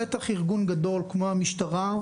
בטח ארגון גדול כמו המשטרה,